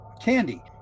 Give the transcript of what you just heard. candy